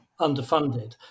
underfunded